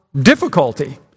difficulty